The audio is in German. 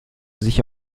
sich